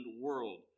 world